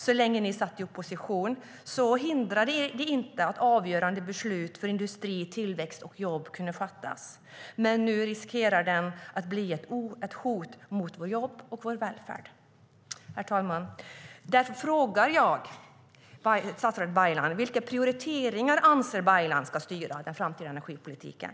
Så länge ni satt i opposition hindrade det inte att avgörande beslut för industri, tillväxt och jobb kunde fattas. Men nu riskerar det att bli ett hot mot våra jobb och vår välfärd. Herr talman! Jag vill fråga statsrådet Baylan: Vilka prioriteringar anser Baylan ska styra den framtida energipolitiken?